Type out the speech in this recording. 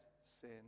sin